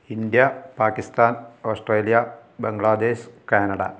India Pakistan Australia Bangladesh Canada